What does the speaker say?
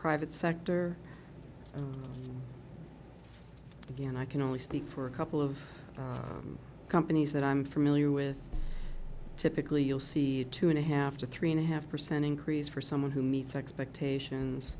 private sector again i can only speak for a couple of companies that i'm familiar with typically you'll see two and a half to three and a half percent increase for someone who meets expectations